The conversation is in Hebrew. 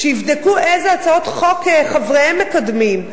שיבדקו איזה הצעות חוק חבריהם מקדמים,